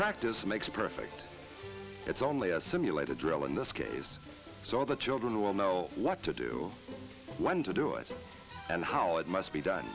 practice makes perfect it's only a simulated drill in this case so all the children will know what to do when to do it and how it must be done